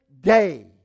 day